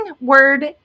word